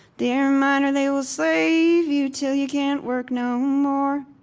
dear miner, they will slave you till you can't work no more